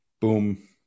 Boom